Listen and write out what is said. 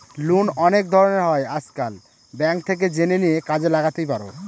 loan অনেক ধরনের হয় আজকাল, ব্যাঙ্ক থেকে জেনে নিয়ে কাজে লাগাতেই পারো